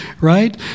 Right